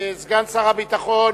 סגן שר הביטחון